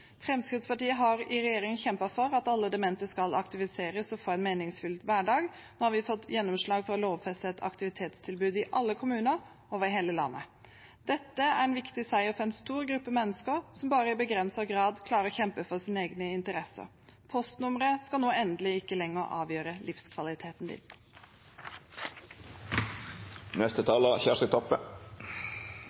Fremskrittspartiet har i regjering kjempet for at alle demente skal aktiviseres og få en meningsfylt hverdag. Nå har vi fått gjennomslag for å lovfeste et aktivitetstilbud i alle kommuner over hele landet. Dette er en viktig seier for en stor gruppe mennesker som bare i begrenset grad klarer å kjempe for sine egne interesser. Postnummeret skal nå endelig ikke lenger avgjøre livskvaliteten